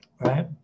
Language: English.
right